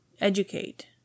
educate